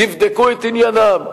ויבדקו את עניינם.